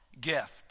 gift